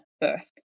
birth